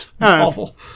Awful